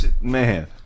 man